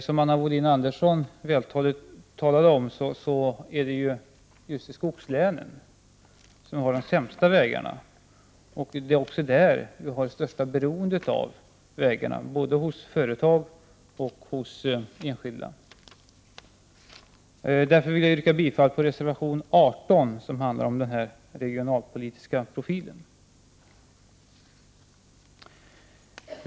Som Anna Wohlin-Andersson vältaligt framhöll är det just i skogslänen, som har de sämsta vägarna, som också det största beroendet av vägarna finns, både hos företag och hos enskilda. Därför vill jag yrka bifall till reservation 18, som handlar om den regionalpolitiska profilen.